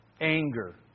anger